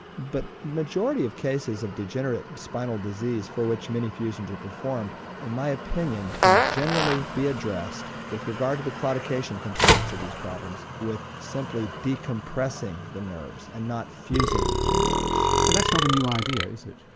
but the majority of cases of degenerate spinal disease for which many fusions are performed in my opinion can generally be addressed with regard to the claudication component to these problems with simply decompressing the nerves and not fusing the nerves. but that's not a new idea is it?